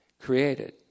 created